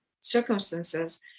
circumstances